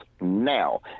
now